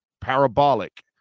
parabolic